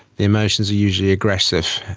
the emotions are usually aggressive,